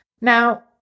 Now